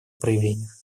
проявлениях